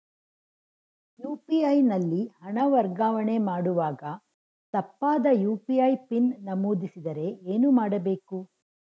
UPI ನಲ್ಲಿ ಹಣ ವರ್ಗಾವಣೆ ಮಾಡುವಾಗ ತಪ್ಪಾದ ಯು.ಪಿ.ಐ ಪಿನ್ ನಮೂದಿಸಿದರೆ ಏನು ಮಾಡಬೇಕು?